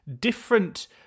different